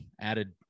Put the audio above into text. added